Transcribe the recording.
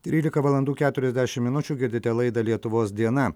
trylika valandų keturiasdešim minučių girdite laidą lietuvos diena